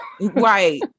right